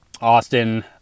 Austin